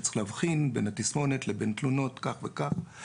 צריך להבחין בין התסמונת לבין תלונות כאלה ואחרות.